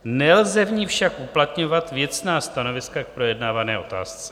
Nelze v ní však uplatňovat věcná stanoviska k projednávané otázce.